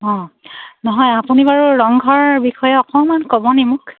অঁ নহয় আপুনি বাৰু ৰংঘৰৰ বিষয়ে অকণমান ক'বনি মোক